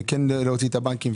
כן להוציא את הבנקים,